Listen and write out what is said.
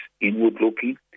inward-looking